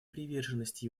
приверженность